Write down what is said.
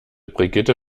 brigitte